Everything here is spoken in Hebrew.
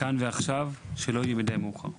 כאן ועכשיו, שלא יהיה מאוחר מידי.